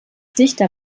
dichter